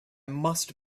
must